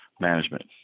management